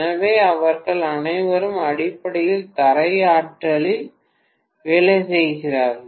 எனவே அவர்கள் அனைவரும் அடிப்படையில் தரை ஆற்றலில் வேலை செய்கிறார்கள்